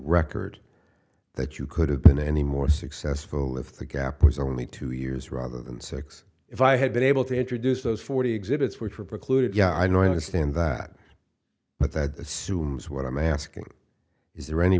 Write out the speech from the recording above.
record that you could have been any more successful if the gap was only two years rather than six if i had been able to introduce those forty exhibits which were precluded yeah i know i understand that but that assumes what i'm asking is there any